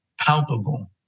palpable